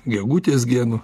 gegutės genu